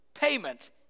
payment